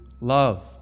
love